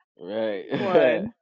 Right